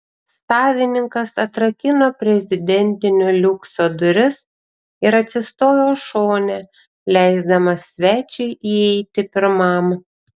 savininkas atrakino prezidentinio liukso duris ir atsistojo šone leisdamas svečiui įeiti pirmam